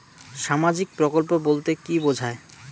সামাজিক প্রকল্প বলতে কি বোঝায়?